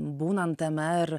būnant tame ir